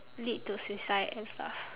lead to suicide and stuff